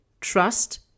trust